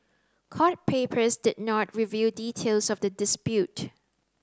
court papers did not reveal details of the dispute